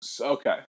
Okay